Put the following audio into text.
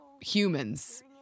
humans